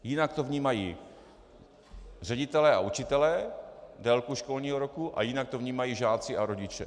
Jinak to vnímají ředitelé a učitelé, délku školního roku, a jinak to vnímají žáci a rodiče.